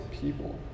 people